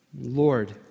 Lord